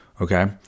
okay